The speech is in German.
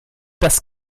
das